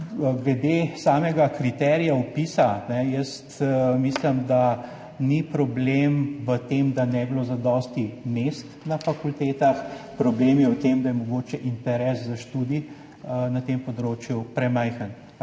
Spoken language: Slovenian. Glede samega kriterija vpisa. Mislim, da ni problema v tem, da ne bi bilo zadosti mest na fakultetah, problem je v tem, da je mogoče interes za študij na tem področju premajhen,